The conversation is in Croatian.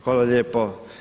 Hvala lijepo.